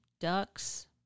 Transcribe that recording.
ducks